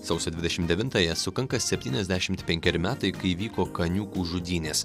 sausio dvidešim devintąją sukanka septyniasdešimt penkeri metai kai vyko kaniūkų žudynės